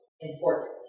important